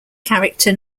character